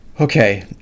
okay